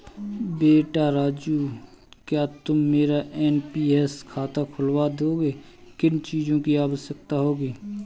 बेटा राजू क्या तुम मेरा एन.पी.एस खाता खुलवा दोगे, किन चीजों की आवश्यकता होगी?